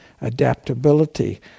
adaptability